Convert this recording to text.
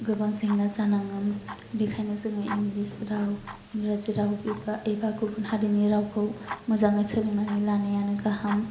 गोबां जेंना जानाङो बेनिखायनो जोङो इंलिस राव इंराजि राव एबा गुबुन हारिनि रावखौ मोजाङै सोलोंनानै लानायानो गाहाम